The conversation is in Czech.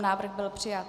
Návrh byl přijat.